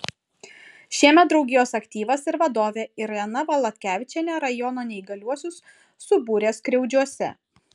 šiemet draugijos aktyvas ir vadovė irena valatkevičienė rajono neįgaliuosius subūrė skriaudžiuose